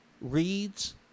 reads